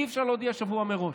אי-אפשר להודיע שבוע מראש.